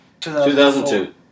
2002